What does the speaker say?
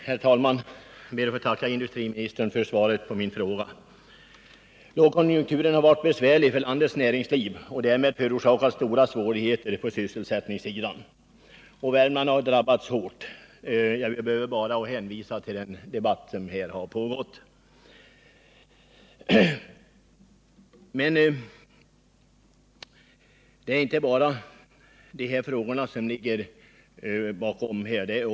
Herr talman! Jag ber att få tacka industriministern för svaret på min fråga. Lågkonjunkturen har varit besvärlig för landets näringsliv och därmed förorsakat stora svårigheter på sysselsättningsområdet, och Värmland har drabbats hårt. Jag behöver bara hänvisa till den debatt som här har förts i föregående fråga. Men det är inte bara dessa frågor som ligger bakom svårigheterna.